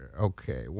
Okay